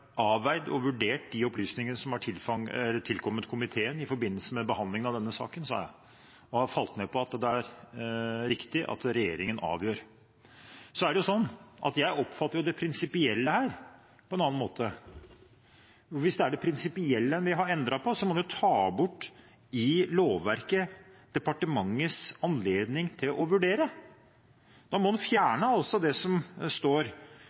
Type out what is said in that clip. falt ned på at det er riktig at regjeringen avgjør. Så er det jo sånn at jeg oppfatter det prinsipielle her på en annen måte. Hvis det er det prinsipielle en vil ha endret på, må en jo i lovverket ta bort departementets anledning til å vurdere. Da må en altså fjerne det som står,